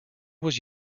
was